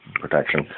protection